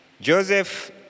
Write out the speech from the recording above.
Joseph